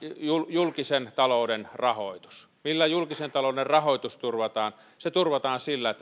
julkisen talouden rahoitus millä julkisen talouden rahoitus turvataan se turvataan sillä